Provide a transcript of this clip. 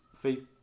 faith